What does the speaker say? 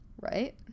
Right